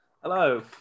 Hello